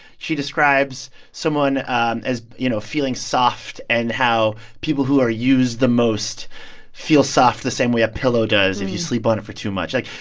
she describes someone as, you know, feeling soft and how people who are used the most feel soft the same way a pillow does if you sleep on it for too much. like,